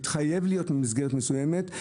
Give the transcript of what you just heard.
מתחייב להיות במסגרת מסוימת,